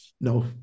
No